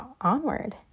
onward